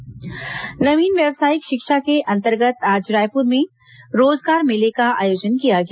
रोजगार मेला नवीन व्यावसायिक शिक्षा के अंतर्गत आज रायपुर में रोजगार मेले का आयोजन किया गया